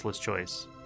choice